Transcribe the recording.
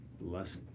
less